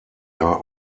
are